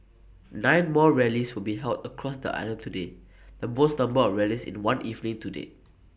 nine more rallies will be held across the island today the most number of rallies in one evening to date